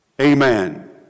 Amen